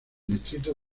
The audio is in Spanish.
distrito